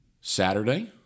Saturday